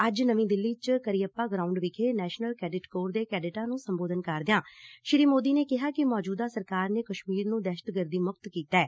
ਅੱਜ ਨਵੀਂ ਦਿੱਲੀ ਚ ਕੱਰੀਅਪਾ ਗਰਾਉਂਡ ਵਿਖੇ ਨੈਸਨਲ ਕੈਡਿਟ ਕੋਰ ਦੇ ਕੈਡਿਟਾਂ ਨੂੰ ਸੰਬੋਧਨ ਕਰਦਿਆਂ ਸ੍ਰੀ ਸੋਦੀ ਨੇ ਕਿਹਾ ਕਿ ਸੌਜੁਦਾ ਸਰਕਾਰ ਨੇ ਕਸ਼ਮੀਰ ਨੰ ਦਹਿਸ਼ਤਗਰਦੀ ਮੁਕਤ ਕੀਤੈ